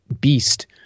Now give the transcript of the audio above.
beast